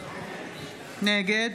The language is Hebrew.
נגד